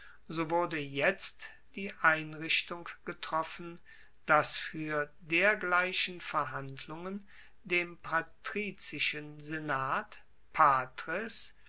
so wurde jetzt die einrichtung getroffen dass fuer dergleichen verhandlungen dem patrizischen senat